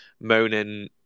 moaning